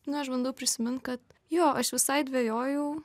ne aš bandau prisimint kad jo aš visai dvejojau